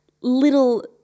little